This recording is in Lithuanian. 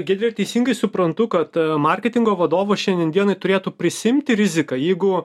giedre ar teisingai suprantu kad marketingo vadovas šiandien dienai turėtų prisiimti riziką jeigu